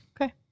Okay